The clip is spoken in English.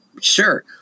sure